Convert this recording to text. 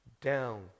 down